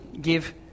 give